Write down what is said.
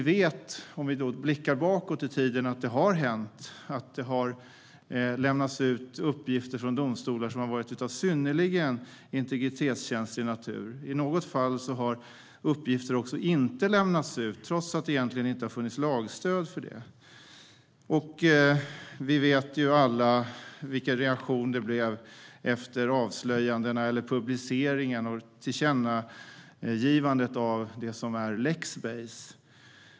Det har hänt att domstolar har lämnat ut uppgifter av synnerligen integritetskänslig natur. Och i något fall har uppgifter inte lämnats ut, trots att det har funnits lagstöd för det. Vi vet alla vilken reaktion det blev efter publiceringen och tillkännagivandet av Lexbase.